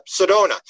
Sedona